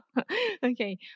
Okay